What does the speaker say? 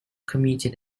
commuted